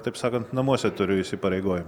taip sakant namuose turiu įsipareigojim